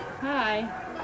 Hi